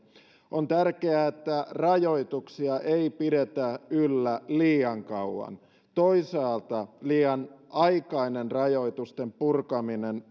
on tärkeää että rajoituksia ei pidetä yllä liian kauan toisaalta liian aikainen rajoitusten purkaminen